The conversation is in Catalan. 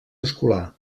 escolar